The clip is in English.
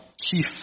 Chief